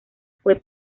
fue